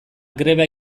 greba